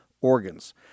organs